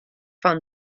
fan